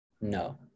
No